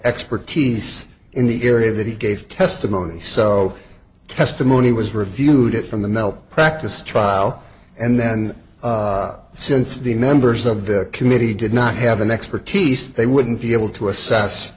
expertise in the area that he gave testimony so testimony was reviewed at from the mel practice trial and then since the members of the committee did not have an expertise they wouldn't be able to assess